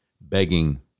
begging